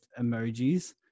emojis